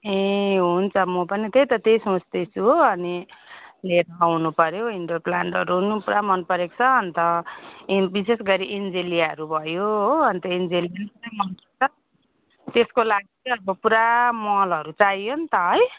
ए हुन्छ म पनि त्यही त त्यही सोच्दैछु हो अनि लिएर आउनुपर्यो इन्डोर प्लान्टहरू नि पुरा मन परेको छ अनि त एन विशेष गरी एन्जेलियाहरू भयो हो अनि एन्जेलिया पनि मन पर्छ त्यसको लागि चाहिँ अब पुरा मलहरू चाहियो नि त है